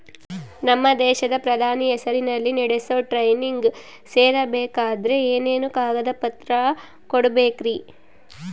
ನಮ್ಮ ದೇಶದ ಪ್ರಧಾನಿ ಹೆಸರಲ್ಲಿ ನಡೆಸೋ ಟ್ರೈನಿಂಗ್ ಸೇರಬೇಕಂದರೆ ಏನೇನು ಕಾಗದ ಪತ್ರ ನೇಡಬೇಕ್ರಿ?